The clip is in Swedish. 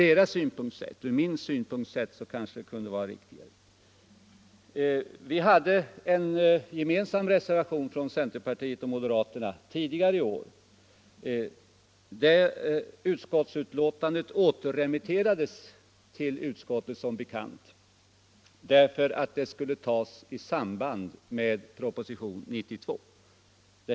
En reservation som för mig ter sig litet egendomlig sett från centerpartiets synpunkt.